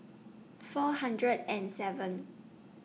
four hundred and seven